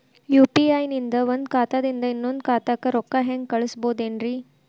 UPI ನಿಂದ ಒಂದ್ ಖಾತಾದಿಂದ ಇನ್ನೊಂದು ಖಾತಾಕ್ಕ ರೊಕ್ಕ ಹೆಂಗ್ ಕಳಸ್ಬೋದೇನ್ರಿ?